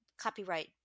copyright